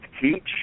teach